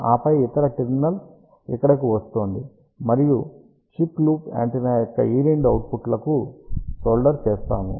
ఆపై ఈ ఇతర టెర్మినల్ ఇక్కడకు వస్తోంది మరియు చిప్ లూప్ యాంటెన్నా యొక్క ఈ రెండు ఔట్పుట్ లకు సోల్దర్ చేస్తాము